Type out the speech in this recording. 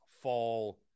fall